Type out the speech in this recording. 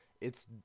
It's-